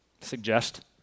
suggest